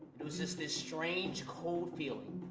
it was just this strange cold feeling,